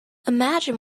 imagine